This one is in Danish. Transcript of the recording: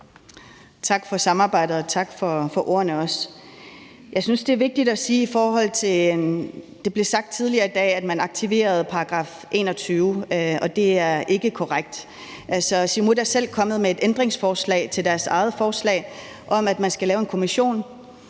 Tak for samarbejdet, og også tak for ordene. Det blev sagt tidligere i dag, at man aktiverede § 21, og det er ikke korrekt. Siumut er selv kommet med et ændringsforslag til deres eget forslag om, at man skal lave en kommission,